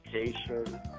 education